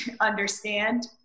understand